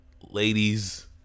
ladies